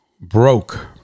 broke